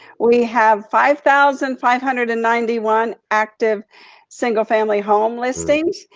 we have five thousand five hundred and ninety one active single family home listings,